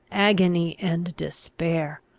agony, and despair!